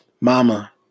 mama